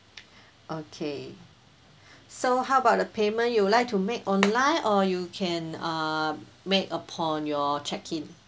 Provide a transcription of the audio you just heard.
okay so how about the payment you would like to make online or you can uh make upon your check in